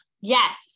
Yes